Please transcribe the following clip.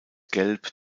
gelb